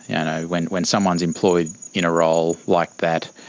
and when when someone is employed in a role like that,